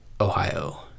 Ohio